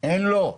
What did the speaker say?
אין לו.